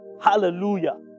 Hallelujah